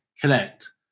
connect